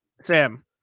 Sam